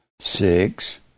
six